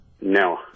No